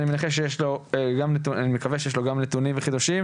אני מנחש ומקווה שיש לו גם נתונים וחידושים,